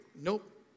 nope